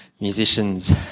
musicians